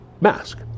mask